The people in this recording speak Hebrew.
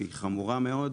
שהיא חמורה מאוד.